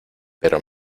pero